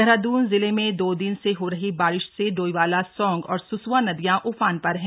देहराद्न जिले में दो दिन से हो रही बारिश से डोईवाला सौंग और सुस्वा नदियां उफान पर हैं